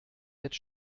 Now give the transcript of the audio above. jetzt